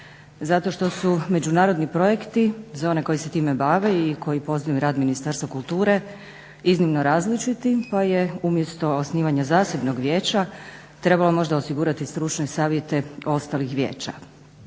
zato što su međunarodni projekti za one koji se time bave i koji poznaju rad Ministarstva kulture iznimno različiti pa je umjesto osnivanja zasebnog vijeća trebalo možda osigurati stručne savjete ostalih vijeća.